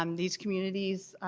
um these communities,